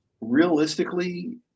realistically